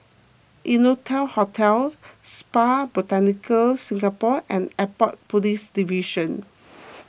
Innotel Hotel Spa Botanica Singapore and Airport Police Division